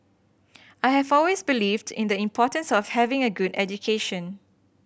I have always believed in the importance of having a good education